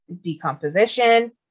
decomposition